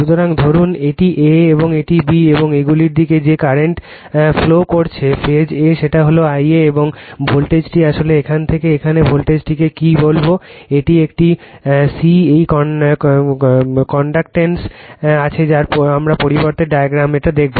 সুতরাং ধরুন এটি a এবং এটি b এবং এইগুলির দিকে যে কারেন্ট ফ্লো করছে ফেজ a সেটা হল Ia এবং ভোল্টেজটি আসলে এখান থেকে এখানে ভোল্টেজটিকে কি বলবো এটি একটি c এটি কানেক্টেড আছে আমরা পরবর্তী ডায়াগ্রামে এটা দেখব